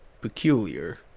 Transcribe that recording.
peculiar